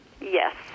Yes